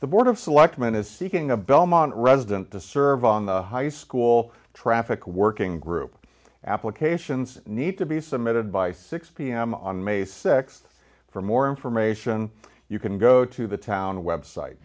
the board of selectmen is seeking a belmont resident to serve on the high school traffic working group applications need to be submitted by six pm on may th for more information you can go to the town website